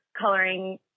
coloring